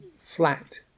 flat